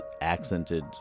accented